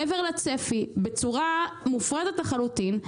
מעבר לצפי בצורה מופרזת לחלוטין.